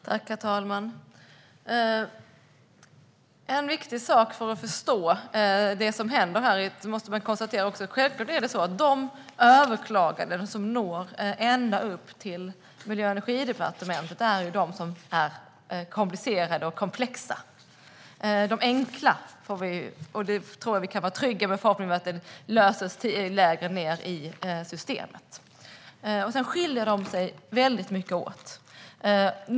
Herr talman! En viktig sak för att förstå det som händer är att de överklaganden som når ända upp till Miljö och energidepartementet är komplicerade och komplexa. De enkla ärendena löses lägre ned i systemet. Ärendena skiljer sig mycket åt.